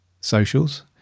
socials